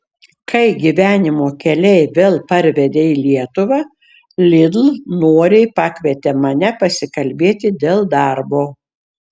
kai gyvenimo keliai vėl parvedė į lietuvą lidl noriai pakvietė mane pasikalbėti dėl darbo